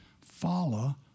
follow